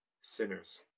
sinners